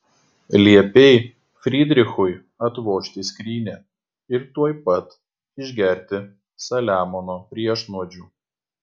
liepei frydrichui atvožti skrynią ir tuoj pat išgerti saliamono priešnuodžių